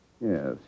Yes